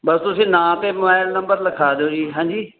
ਬਸ ਤੁਸੀਂ ਨਾਂ ਅਤੇ ਮੋਬਾਇਲ ਨੰਬਰ ਲਿਖਾ ਦਿਓ ਜੀ ਹਾਂਜੀ